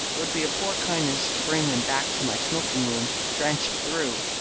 it would be a poor kindness to bring them back to my smoking-room drenched through,